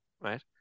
right